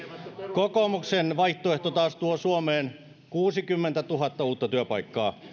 kokoomuksen vaihtoehto taas tuo suomeen kuusikymmentätuhatta uutta työpaikkaa